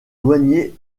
douaniers